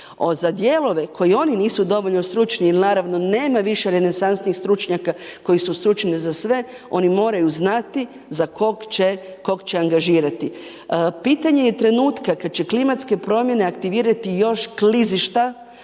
za dijelove za koje oni nisu dovoljno stručni jer naravno nema više renesansnih stručnjaka koji su stručni za sve oni moraju znati za kog će, kog će angažirati. Pitanje je trenutka kada će klimatske promjene aktivirati još klizišta